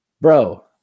bro